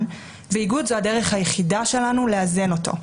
ואיגוד זו הדרך היחידה שלנו לאזן אותו.